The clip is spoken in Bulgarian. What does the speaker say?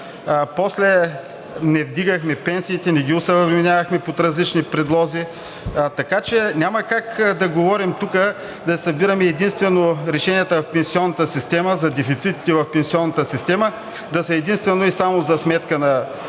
после не вдигахме пенсиите, не ги осъвременявахме под различни предлози. Така че няма как да говорим и да събираме единствено решенията в пенсионната система, за дефицитите в пенсионната система да са единствено и само за сметка на пенсионерите.